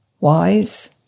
wise